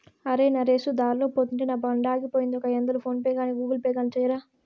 అరే, నరేసు దార్లో పోతుంటే నా బండాగిపోయింది, ఒక ఐదొందలు ఫోన్ పే గాని గూగుల్ పే గాని సెయ్యరా